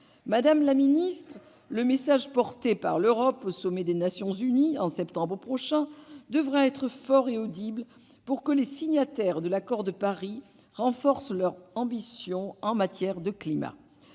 Madame la secrétaire d'État, le message porté par l'Europe au sommet des Nations unies en septembre prochain devra être fort et audible pour que les signataires de l'accord de Paris renforcent leur ambition en matière de climat.